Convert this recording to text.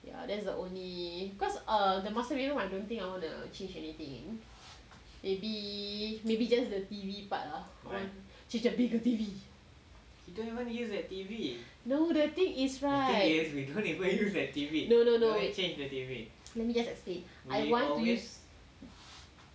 ya that's the only cause the master bedroom you know I don't think I want to change anything maybe maybe just the T_V part ah change to a bigger T_V no the thing is right no no no let me just explain I want to use